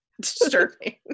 disturbing